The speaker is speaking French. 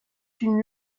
une